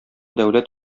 дәүләт